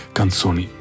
canzoni